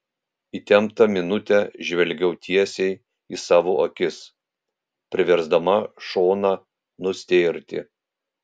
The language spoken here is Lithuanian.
įtemptą minutę žvelgiau tiesiai į savo akis priversdama šoną nustėrti